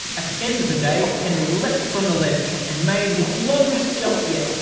at the end of the day, henry leapt from the ledge. and made his longest jump yet.